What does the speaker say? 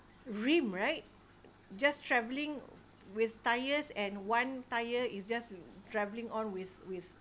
rim right just traveling with tires and one tire is just travelling on with with